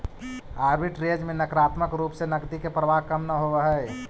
arbitrage में नकारात्मक रूप से नकदी के प्रवाह कम न होवऽ हई